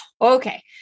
okay